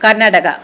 Karnataka